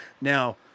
Now